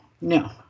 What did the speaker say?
no